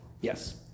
Yes